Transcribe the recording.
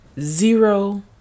Zero